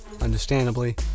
understandably